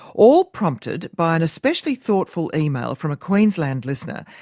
all prompted by an especially thoughtful email from a queensland listener,